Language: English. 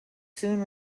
soon